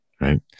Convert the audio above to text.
right